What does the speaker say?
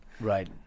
right